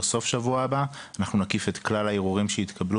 סוף השבוע הבא אנחנו נקיף את כלל הערעורים שהתקבלו